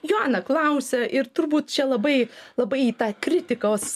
joana klausia ir turbūt čia labai labai į tą kritikos